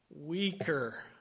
weaker